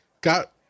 got